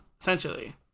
essentially